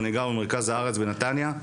ואני גר במרכז הארץ בנתניה,